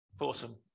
Awesome